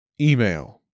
Email